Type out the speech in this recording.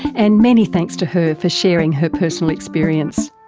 and many thanks to her for sharing her personal experience.